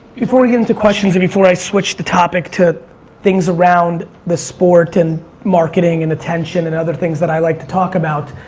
before we get into questions and before i switch the topic to things around the sport and marketing and the tension and other things that i like to talk about,